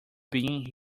being